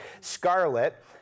Scarlet